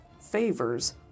favors